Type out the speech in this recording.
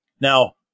now